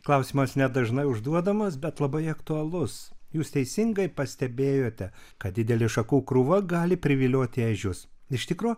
klausimas ne dažnai užduodamas bet labai aktualus jūs teisingai pastebėjote kad didelė šakų krūva gali privilioti ežius iš tikro